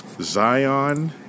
Zion